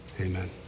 Amen